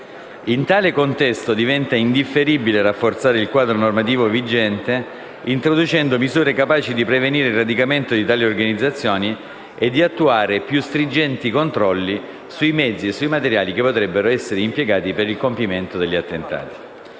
In tale contesto diventa indifferibile rafforzare il quadro normativo vigente, introducendo misure capaci di prevenire il radicamento di tali organizzazioni e di attuare più stringenti controlli sui mezzi e sui materiali che potrebbero essere impiegati per il compimento degli attentati.